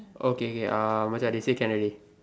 okay okay uh Macha they say can already